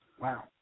Wow